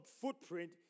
footprint